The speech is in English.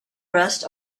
rest